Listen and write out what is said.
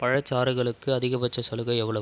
பழச்சாறுகளுக்கு அதிகபட்ச சலுகை எவ்வளவு